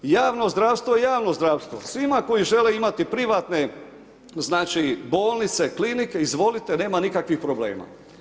Javno zdravstvo javno zdravstvo svima koji žele imati privatne znači bolnice, klinike izvolite nema nikakvih problema.